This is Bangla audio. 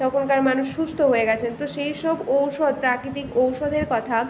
তখনকার মানুষ সুস্থ হয়ে গেছেন তো সেই সব ঔষধ প্রাকৃতিক ঔষধের কথা